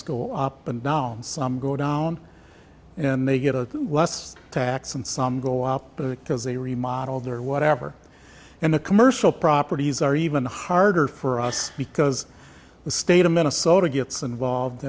go up and now some go down and they get a little less tax and some go up to because they remodeled or whatever and the commercial properties are even harder for us because the state of minnesota gets involved